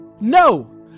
No